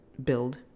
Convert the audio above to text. build